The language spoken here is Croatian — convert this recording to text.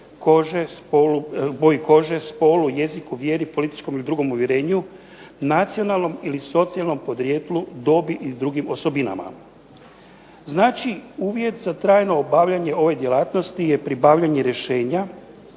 boji kože, spolu, jeziku, vjeri, političkom ili drugom uvjerenju, nacionalnom ili socijalnom podrijetlu, dobi i drugim osobinama. Znači uvjeti za trajno obavljanje ove djelatnosti je pribavljanje rješenja